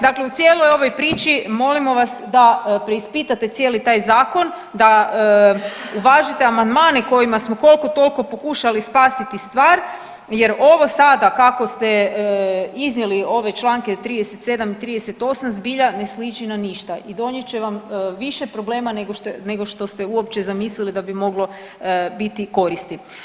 Dakle, u cijeloj ovoj priči molimo vas da preispitate cijeli taj zakon, da uvažite amandmane kojima smo koliko toliko pokušali spasiti stvar, jer ovo sada kako ste iznijeli ove članke 37. i 38. zbilja ne sliči na ništa i donijet će vam više problema nego što ste uopće zamislili da bi moglo biti koristi.